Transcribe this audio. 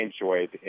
enjoyed